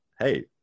hey